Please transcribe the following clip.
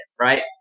right